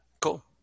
Cool